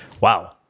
Wow